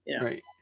Right